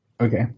Okay